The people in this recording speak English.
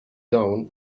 down